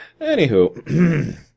Anywho